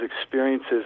experiences